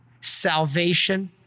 salvation